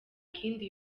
kindi